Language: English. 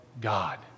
God